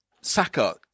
Saka